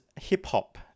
hip-hop